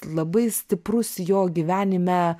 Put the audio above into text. labai stiprus jo gyvenime